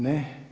Ne.